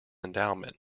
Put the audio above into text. endowment